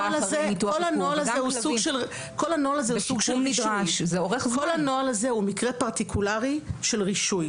אודליה אבל כל הנוהל הזה הוא מקרה פרטיקולרי של רישוי.